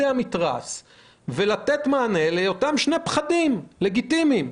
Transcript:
המתרס ולתת מענה לאותם שני פחדים לגיטימיים.